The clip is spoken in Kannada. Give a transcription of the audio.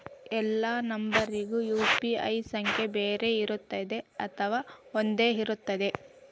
ಎಲ್ಲಾ ನಂಬರಿಗೂ ಯು.ಪಿ.ಐ ಸಂಖ್ಯೆ ಬೇರೆ ಇರುತ್ತದೆ ಅಥವಾ ಒಂದೇ ಇರುತ್ತದೆ?